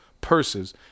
purses